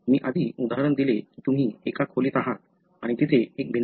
मी आधी उदाहरण दिले की तुम्ही एका खोलीत आहात आणि तिथे एक भिंत आहे